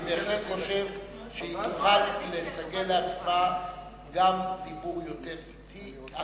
אני בהחלט חושב שהיא תוכל לסגל לעצמה גם דיבור יותר אטי.